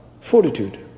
fortitude